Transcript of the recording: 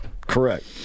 correct